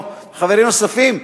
או חברים נוספים,